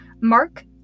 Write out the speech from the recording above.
mark